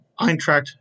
Eintracht